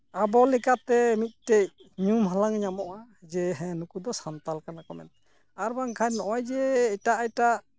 ᱟᱵᱚ ᱞᱮᱠᱟᱛᱮ ᱢᱤᱫᱴᱮᱱ ᱧᱩᱢ ᱦᱟᱞᱟᱝ ᱧᱟᱢᱚᱜᱼᱟ ᱡᱮ ᱦᱮᱸ ᱱᱩᱠᱩ ᱫᱚ ᱥᱟᱱᱛᱟᱲ ᱠᱟᱱᱟ ᱠᱚ ᱢᱮᱱᱛᱮ ᱟᱨ ᱵᱟᱝᱠᱷᱟᱱ ᱱᱚᱜᱼᱚᱭ ᱡᱮ ᱮᱴᱟᱜ ᱮᱴᱟᱜ